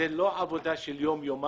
בנושא הזה זאת לא עבודה של יום-יומיים